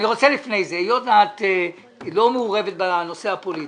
לפני זה היות ואת לא מעורבת בנושא הפוליטי,